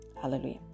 hallelujah